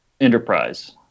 enterprise